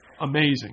Amazing